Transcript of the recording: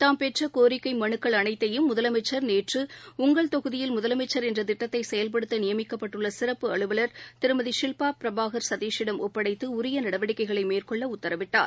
தாம் பெற்றகோரிக்கைமலுக்கள் அனைத்தையும் முதலமைச்சர் நேற்று உங்கள் தொகுதியில் முதலமைச்சர் என்றதிட்டத்தைசெயல்படுத்தநியமிக்கப்பட்டுள்ளசிறப்பு அலுவலர் திருமதி ஷில்பாபிரபாகர் சதீஷிடம் ஒப்படைத்தஉரியநடவடிக்கைளைமேற்கொள்ளஉத்தரவிட்டார்